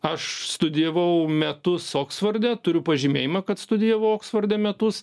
aš studijavau metus oksforde turiu pažymėjimą kad studijavau oksforde metus